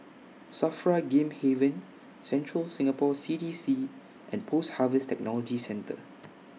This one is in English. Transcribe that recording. SAFRA Game Haven Central Singapore C D C and Post Harvest Technology Centre